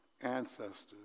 ancestors